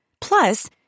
Plus